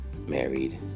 married